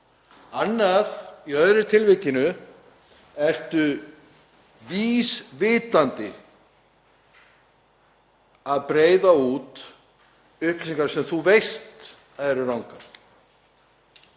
á. Í öðru tilvikinu ertu vísvitandi að breiða út upplýsingar sem þú veist að eru rangar.